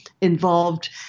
involved